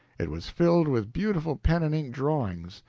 it was filled with beautiful pen-and-ink drawings,